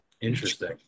Interesting